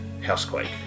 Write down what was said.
Housequake